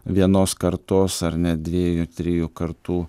vienos kartos ar net dviejų trijų kartų